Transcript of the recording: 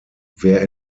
wer